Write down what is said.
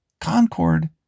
Concord